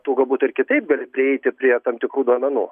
tu galbūt ir kitaip gali prieiti prie tam tikrų duomenų